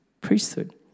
priesthood